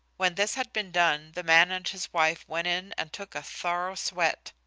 when this had been done the man and his wife went in and took a thorough sweat,